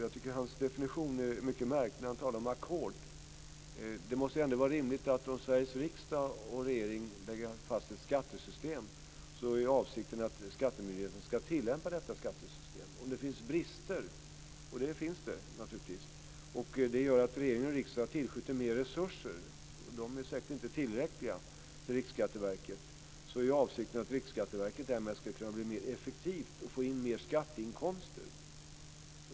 Jag tycker att hans definition är mycket märklig när han talar om ackord. Det måste ändå vara rimligt att om Sveriges riksdag och regering lägger fast ett skattesystem så är avsikten att skattemyndigheten ska tillämpa detta skattesystem. Om det finns brister, och det finns det naturligtvis, och det leder till att regering och riksdag tillskjuter mer resurser till Riksskatteverket - och de är säkert inte tillräckliga - är avsikten att Riksskatteverket därmed ska kunna bli mer effektivt och få in mer skatteinkomster.